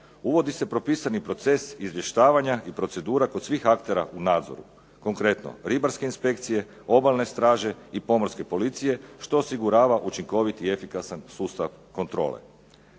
Uvodi se propisani proces izvještavanja i procedura kod svih aktera u nadzoru, konkretno ribarske inspekcije, obalne straže i pomorske policije što osigurava učinkovit i efikasan sustav kontrole.